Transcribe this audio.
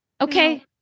Okay